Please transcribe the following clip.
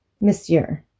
Monsieur